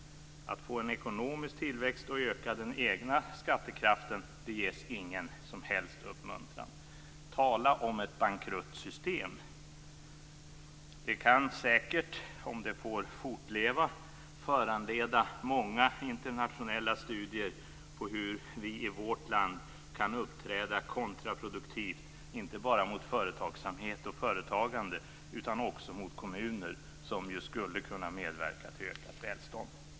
Att få en ekonomisk tillväxt och öka den egna skattekraften ges ingen som helst uppmuntran. Tala om ett bankrutt system! Det kan säkert, om det får fortleva, föranleda många internationella studier av hur vi i vårt land kan uppträda kontraproduktivt inte bara mot företagsamhet och företagande utan också mot kommuner som skulle kunna medverka till ökat välstånd.